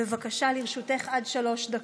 בבקשה, לרשותך עד שלוש דקות.